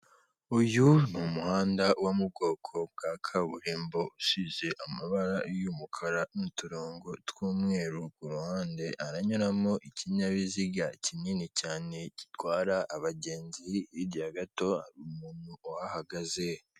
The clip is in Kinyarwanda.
Uyu ni umuhanda wo mu bwoko bwa kaburimbo usize amabara y'umukara, n'uturonko tw'umweru ku ruhande haranyuramo ikinyabiziga kinini cyane gitwara abagenzi hirya gato hari umuntu uhahagaze.